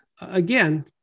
again